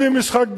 כלי משחק בידיהם.